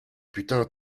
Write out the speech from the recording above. putain